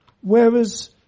Whereas